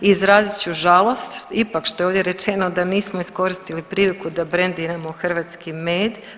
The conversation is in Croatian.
Izrazit ću žalost ipak što je ovdje rečeno da nismo iskoristili priliku da brendiramo hrvatski med.